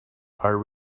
are